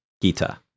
Gita